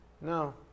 No